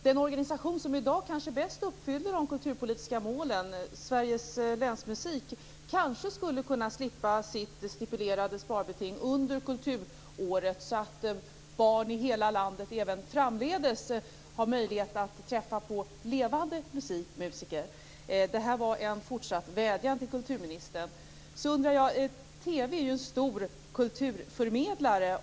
Den organisation som i dag kanske bäst uppfyller de kulturpolitiska målen, länsmusiken, skulle kanske kunna slippa sitt stipulerade sparbeting under kulturåret så att barn i hela landet även framdeles har möjlighet att träffa levande musiker. Detta är en fortsatt vädjan till kulturministern. TV är ju en stor kulturförmedlare.